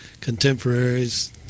contemporaries